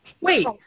Wait